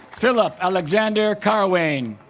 phillip alexander carwane